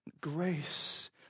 Grace